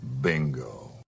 Bingo